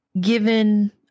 given